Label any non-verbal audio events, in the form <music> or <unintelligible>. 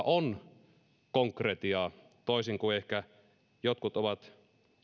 <unintelligible> on konkretiaa toisin kuin ehkä jotkut ovat